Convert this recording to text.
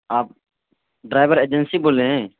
آپ driver agency بول رہے ہیں